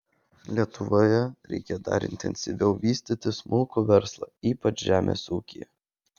lietuvoje reikia dar intensyviau vystyti smulkų verslą ypač žemės ūkyje